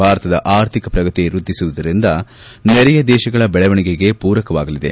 ಭಾರತದ ಆರ್ಥಿಕ ಪ್ರಗತಿ ವೃದ್ದಿಸುತ್ತಿರುವುದರಿಂದ ನೆರೆಯ ದೇಶಗಳ ಬೆಳವಣಿಗೆಗೆ ಪೂರಕವಾಗಲಿದೆ